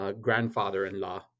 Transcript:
grandfather-in-law